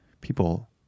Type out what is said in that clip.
people